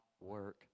work